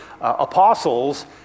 apostles